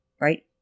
right